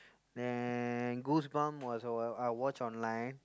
then Goosebumps was uh I watch online